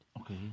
Okay